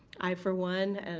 i, for one, and